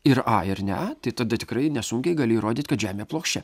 ir a ir ne a tai tada tikrai nesunkiai gali įrodyt kad žemė plokščia